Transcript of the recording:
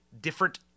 different